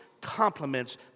compliments